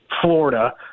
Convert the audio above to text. Florida